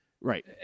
right